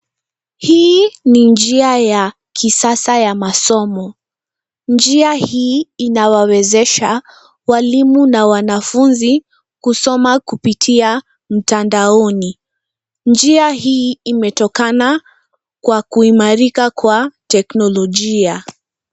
Hii ni njia ya kisasa ya masomo. Njia hii inawawezesha walimu na wanafunzi kusoma kupitia mtandaoni. Njia hii imetokana kwa kuimarika kwa teknolojia.